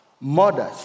murders